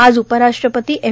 आज उपराष्ट्रपती एम